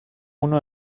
uno